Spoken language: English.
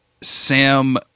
Sam